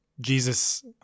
Jesus